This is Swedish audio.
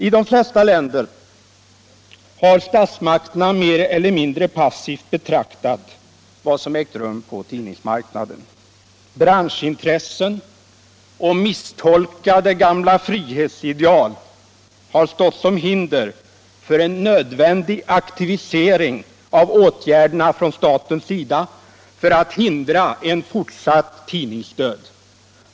I de flesta länder har statsmakterna mer eller mindre passivt betraktat vad som ägt rum på tidningsmarknaden. Branschintressen och misstolkade gamla frihetsideal har stått som hinder för en nödvändig aktivisering av åtgärder från staten för att hindra fortsatt tidningsdöd.